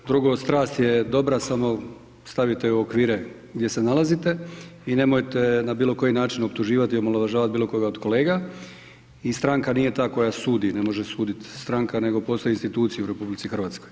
Drugo strast je dobra samo stavite je u okvire gdje se nalazite i nemojte na bilo koji način optuživat i omalovažavat bilo koga od kolega i stranka nije ta koja sudi, ne može sudit stranka nego postoje institucije u RH.